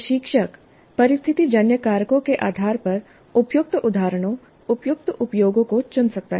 प्रशिक्षक परिस्थितिजन्य कारकों के आधार पर उपयुक्त उदाहरणों उपयुक्त उपयोगों को चुन सकता है